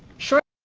short